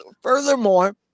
furthermore